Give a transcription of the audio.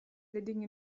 leading